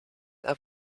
auf